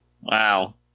Wow